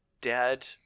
dad